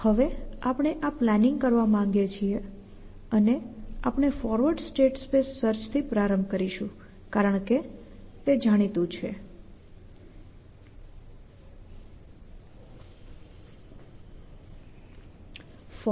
હવે આપણે આ પ્લાનિંગ કરવા માંગીએ છીએ અને આપણે ફોરવર્ડ સ્ટેટ સ્પેસ સર્ચ થી પ્રારંભ કરીશું કારણ કે તે જાણીતું છે સંદર્ભિત સમય 2341